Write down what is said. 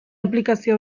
aplikazio